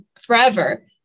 forever